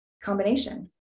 combination